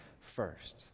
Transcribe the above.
first